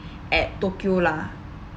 at tokyo lah